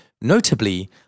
Notably